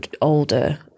older